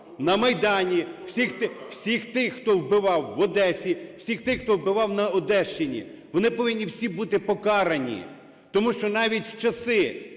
на Майдані, всіх тих, хто вбивав в Одесі, всіх тих, хто вбивав на Одещині. Вони повинні всі бути покарані! Тому що навіть в часи